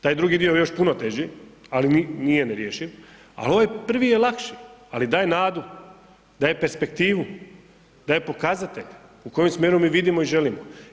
Taj drugi dio je još puno teži, ali nije nerješiv, ali ovaj prvi je lakši, ali daje nadu, daje perspektivu, daje pokazatelja u kojem smjeru mi vidimo i želimo.